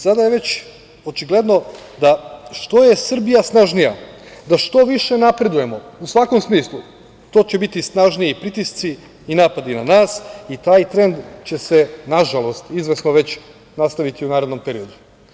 Sada je već očigledno što je Srbija snažnija, da što više napredujemo u svakom smislu, to će biti snažniji pritisci i napadi na nas i taj trend će se, nažalost, izvesno nastaviti u narednom periodu.